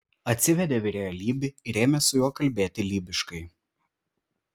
atsivedė virėją lybį ir ėmė su juo kalbėti lybiškai